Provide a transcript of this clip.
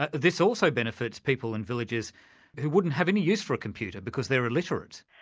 this also benefits people in villages who wouldn't have any use for a computer, because they're illiterate.